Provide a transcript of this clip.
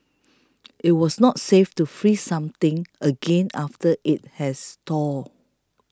it was not safe to freeze something again after it has thawed